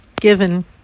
given